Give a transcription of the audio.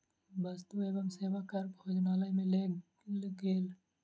वस्तु एवं सेवा कर भोजनालय में लेल गेल